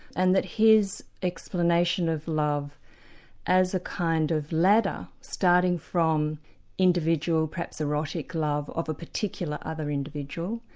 and that his explanation of love as a kind of ladder, starting from individual, perhaps erotic love of a particular other individual,